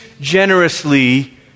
generously